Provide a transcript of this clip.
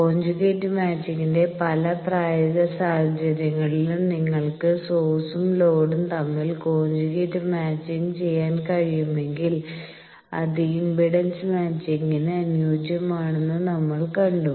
conjugate മാച്ചിങ്ങിന്റെ പല പ്രായോഗിക സാഹചര്യങ്ങളിലും നിങ്ങൾക്ക് സോഴ്സും ലോഡും തമ്മിൽ കോഞ്ചുഗേറ്റ് മാച്ചിങ് ചെയ്യാൻ കഴിയുമെങ്കിൽ അത് ഇംപെഡൻസ് മാച്ചിങ്ങിന് അനുയോജ്യമാണെന്ന് നമ്മൾ കണ്ടു